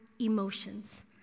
emotions